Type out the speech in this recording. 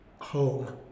home